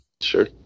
Sure